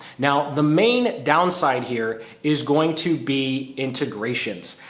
now the main downside here is going to be integrations.